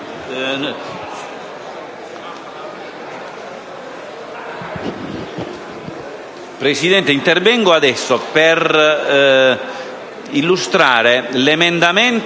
Presidente, intervengo per illustrare l’emendamento